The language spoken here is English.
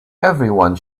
everyone